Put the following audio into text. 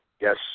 Yes